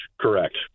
Correct